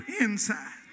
inside